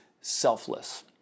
selfless